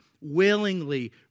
willingly